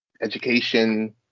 education